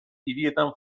hirietan